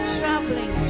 troubling